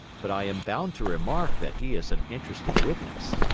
but i am bound to remark that he is an interested witness.